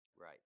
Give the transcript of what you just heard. right